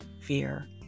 fear